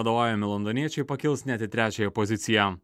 vadovaujami londoniečiai pakils net į trečiąją poziciją